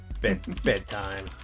Bedtime